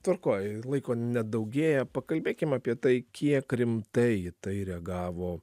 tvarkoj laiko nedaugėja pakalbėkim apie tai kiek rimtai į tai reagavo